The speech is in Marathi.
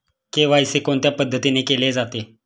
के.वाय.सी कोणत्या पद्धतीने केले जाते?